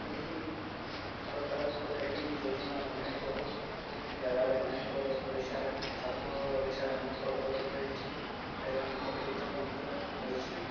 ଏହି ସରକାରଙ୍କର ଏହି ଯୋଜନା ଅନେକ ଜାଗାରେ ଅନେକ ଓଡ଼ିଶାରେ ସାଧାରଣ ଓଡ଼ିଶାରେ ଅନେକ ଉପଲବ୍ଧ ହେଉଛି ଏବଂ ଉପକୃତ ମଧ୍ୟ ହୋଇଛି